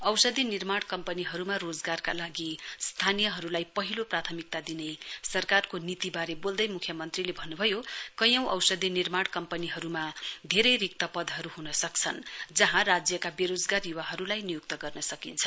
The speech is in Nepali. औषधि निर्माण कम्पनीहरुमना रोजगारका लागि स्थानीयहरुलाई पहिलो प्राथमिकता दिने सरकारको नीतिवारे बोल्दै मुख्यमन्त्रीले भन्नुभयो कैयौं औषधि निर्माण कम्पनीहरुमा धेरै रिक्त पदहरु हुन सक्छन् जहाँ राज्यका वेरोजगार युवाहरुलाई नियुक्त गर्न सकिन्छ